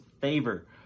favor